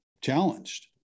challenged